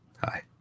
Hi